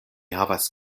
havas